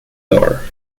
door